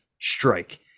strike